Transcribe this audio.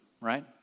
right